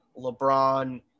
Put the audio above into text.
LeBron